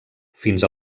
fins